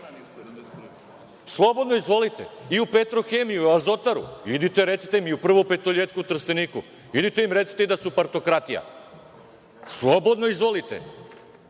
Slobodno izvolite i u „Petrohemiju“ i u „Azotaru“ idite recite im i u „Prvu petoletku“ u Trsteniku, idite im recite da su partokratija. Slobodno izvolite. Vi